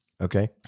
Okay